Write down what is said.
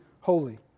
holy